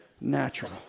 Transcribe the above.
natural